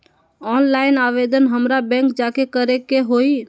Online आवेदन हमरा bank जाके करे के होई?